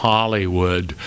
Hollywood